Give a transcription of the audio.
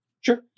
Sure